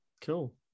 Cool